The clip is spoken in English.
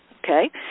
Okay